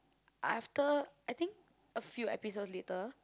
after I think a few episodes later